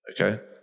okay